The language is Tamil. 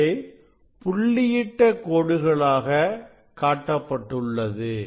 இங்கே புள்ளியிட்ட கோடுகளாக காட்டப்பட்டுள்ளது